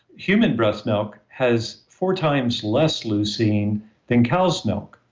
human breast milk has four times less leucine than cow's milk.